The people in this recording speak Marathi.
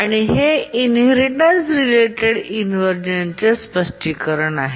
आणि हे इनहेरिटेन्स रिलेटेड इन्व्हरझेनचे स्पष्टीकरण आहे